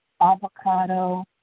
avocado